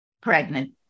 pregnant